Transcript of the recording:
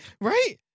right